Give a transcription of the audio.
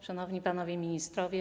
Szanowni Panowie Ministrowie!